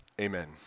Amen